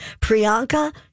Priyanka